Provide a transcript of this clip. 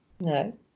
No